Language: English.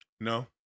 No